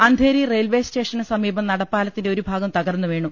Andheri railway സ്റ്റേഷനു സമീപം നടപ്പാലത്തിന്റെ ഒരു ഭാഗം തകർന്നു വീണു